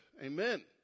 Amen